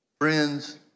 friends